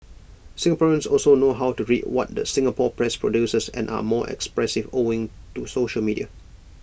Singaporeans also know how to read what the Singapore press produces and are more expressive owing to social media